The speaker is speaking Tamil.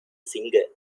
சிங்க